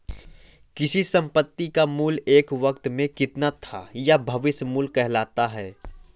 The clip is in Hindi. किसी संपत्ति का मूल्य एक वक़्त में कितना था यह भविष्य मूल्य कहलाता है